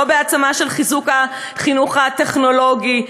לא בהעצמה ובחיזוק של החינוך הטכנולוגי,